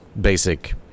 basic